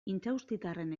intxaustitarren